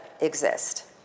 exist